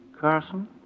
Carson